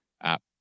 app